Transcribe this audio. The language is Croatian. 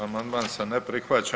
Amandman se ne prihvaća.